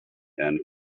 and